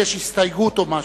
נא להצביע.